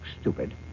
stupid